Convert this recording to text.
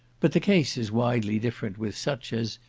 but the case is widely different with such as,